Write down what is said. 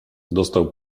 dostał